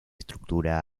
estructura